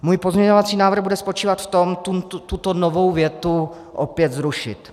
Můj pozměňovací návrh bude spočívat v tom tuto novou větu opět zrušit.